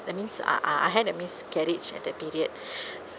that means uh uh I had a miscarriage at that period